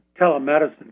telemedicine